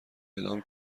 اعلام